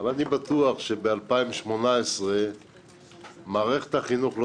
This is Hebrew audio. אבל אני בטוח שב-2018 מערכת החינוך לא